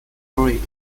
greely